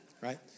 right